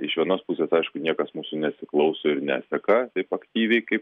iš vienos pusės aišku niekas mūsų nesiklauso ir neseka taip aktyviai kaip